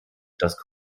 das